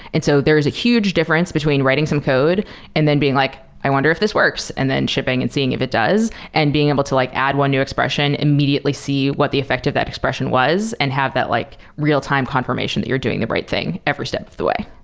so there is a huge difference between writing some code and then being like, i wonder if this works, and then shipping and seeing if it does and being able to like add one new expression. immediately see what the effect of that expression was and have that like real-time confirmation that you're doing the right thing every step of the way.